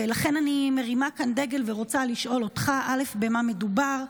ולכן אני מרימה כאן דגל ורוצה לשאול: 1. במה מדובר?